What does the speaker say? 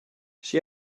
sche